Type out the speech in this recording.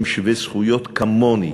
הם שווי זכויות כמוני.